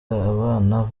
abana